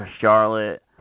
Charlotte